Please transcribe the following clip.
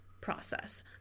process